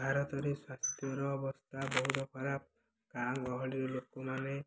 ଭାରତରେ ସ୍ୱାସ୍ଥ୍ୟର ଅବସ୍ଥା ବହୁତ ଖରାପ ଗାଁ ଗହଳିର ଲୋକମାନେ